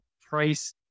price